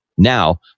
Now